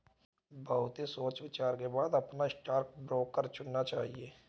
बहुत ही सोच विचार के बाद अपना स्टॉक ब्रोकर चुनना चाहिए